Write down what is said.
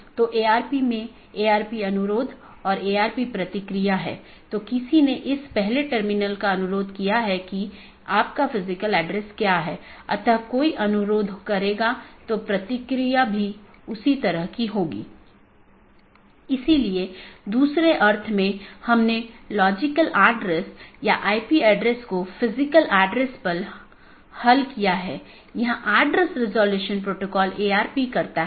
यह एक चिन्हित राउटर हैं जो ऑटॉनमस सिस्टमों की पूरी जानकारी रखते हैं और इसका मतलब यह नहीं है कि इस क्षेत्र का सारा ट्रैफिक इस क्षेत्र बॉर्डर राउटर से गुजरना चाहिए लेकिन इसका मतलब है कि इसके पास संपूर्ण ऑटॉनमस सिस्टमों के बारे में जानकारी है